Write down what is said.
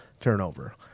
Turnover